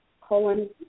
colon